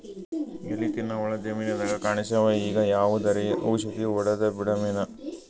ಎಲಿ ತಿನ್ನ ಹುಳ ಜಮೀನದಾಗ ಕಾಣಸ್ಯಾವ, ಈಗ ಯಾವದರೆ ಔಷಧಿ ಹೋಡದಬಿಡಮೇನ?